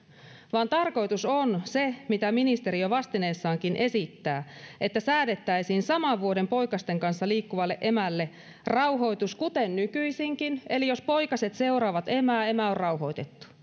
vaan tarkoitus on se mitä ministeriö vastineessaankin esittää että säädettäisiin saman vuoden poikasten kanssa liikkuvalle emälle rauhoitus kuten nykyisinkin eli jos poikaset seuraavat emää emä on rauhoitettu mutta